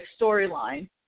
storyline